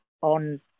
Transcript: on